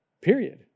period